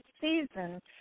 season